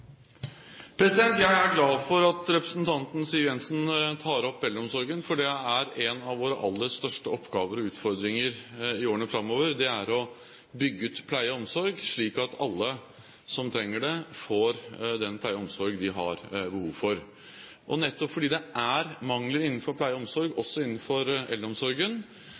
Jeg er glad for at representanten Siv Jensen tar opp eldreomsorgen, for en av våre aller største oppgaver og utfordringer i årene framover er å bygge ut pleie- og omsorgstilbudet, slik at alle som trenger det, får den pleie og omsorg de har behov for. Nettopp fordi det er mangler innen pleie- og omsorgssektoren, også innen eldreomsorgen,